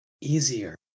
easier